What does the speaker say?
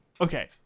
okay